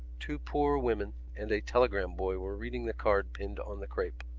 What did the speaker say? two poor women and a telegram boy were reading the card pinned on the crape.